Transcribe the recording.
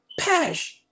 Pesh